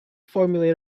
formulate